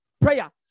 prayer